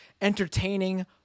entertaining